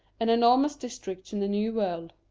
and enormous dis tricts in the new world.